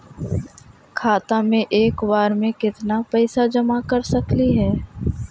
खाता मे एक बार मे केत्ना पैसा जमा कर सकली हे?